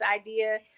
idea